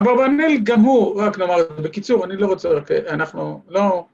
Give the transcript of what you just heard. אברבנאל גם הוא, רק נאמר, בקיצור, אני לא רוצה רק... אנחנו לא...